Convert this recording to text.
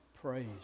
praise